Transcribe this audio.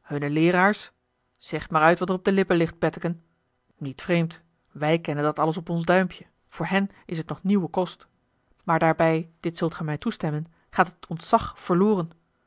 hunne leeraars zeg maar uit wat er op de lippen ligt betteken niet vreemd wij kennen dat alles op ons duimpje voor hen is t nog nieuwe kost maar daarbij dit zult gij mij toestemmen gaat het ontzag verloren